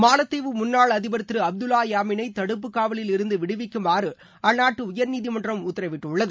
மாலத்தீவு முன்னாள் அதிபர் திரு அப்துல்லா யாமீனை தடுப்பு காவலில் இருந்து விடுவிக்குமாறு அந்நாட்டு உயர்நீதிமன்றம் உத்தரவிட்டிருந்தது